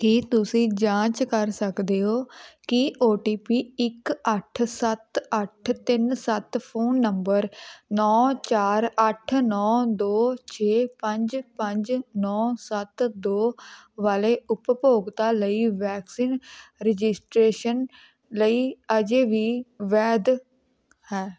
ਕੀ ਤੁਸੀਂ ਜਾਂਚ ਕਰ ਸਕਦੇ ਹੋ ਕੀ ਓ ਟੀ ਪੀ ਇੱਕ ਅੱਠ ਸੱਤ ਅੱਠ ਤਿੰਨ ਸੱਤ ਫ਼ੋਨ ਨੰਬਰ ਨੌ ਚਾਰ ਅੱਠ ਨੌ ਦੋ ਛੇ ਪੰਜ ਪੰਜ ਨੌ ਸੱਤ ਦੋ ਵਾਲੇ ਉਪਭੋਗਤਾ ਲਈ ਵੈਕਸੀਨ ਰਜਿਸਟ੍ਰੇਸ਼ਨ ਲਈ ਅਜੇ ਵੀ ਵੈਧ ਹੈ